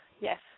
yes